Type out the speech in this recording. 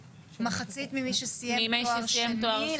מחצית ממי שסיים תואר שני,